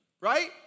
right